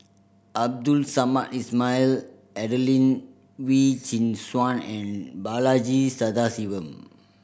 Abdul Samad Ismail Adelene Wee Chin Suan and Balaji Sadasivan